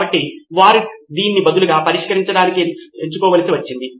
కాబట్టి వారు దీని బదులుగా పరిష్కరించడానికి ఎంచుకోవలసి వచ్చింది